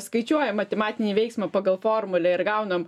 skaičiuojam matematinį veiksmą pagal formulę ir gaunam